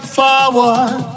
forward